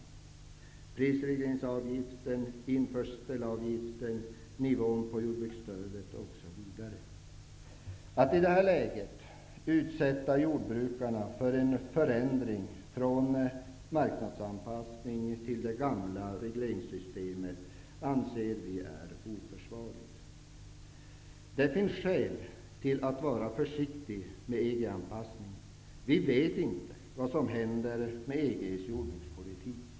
Det gäller prisregleringsavgiften, införselavgiften, nivån på jordbruksstödet, osv. Att i detta läge utsätta jordbrukarna för en förändring från marknadsanpassning till det gamla regleringssystemet anser vi vara oförsvarligt. Det finns skäl att vara försiktig med EG anpassningen. Vi vet inte vad som händer med EG:s jordbrukspolitik.